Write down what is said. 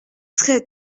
très